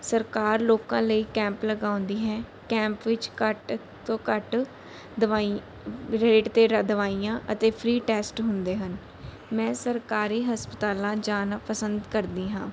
ਸਰਕਾਰ ਲੋਕਾਂ ਲਈ ਕੈਂਪ ਲਗਾਉਂਦੀ ਹੈ ਕੈਂਪ ਵਿੱਚ ਘੱਟ ਤੋਂ ਘੱਟ ਦਵਾਈ ਰੇਟ 'ਤੇ ਰ ਦਵਾਈਆਂ ਅਤੇ ਫਰੀ ਟੈਸਟ ਹੁੰਦੇ ਹਨ ਮੈਂ ਸਰਕਾਰੀ ਹਸਪਤਾਲਾਂ ਜਾਣਾ ਪਸੰਦ ਕਰਦੀ ਹਾਂ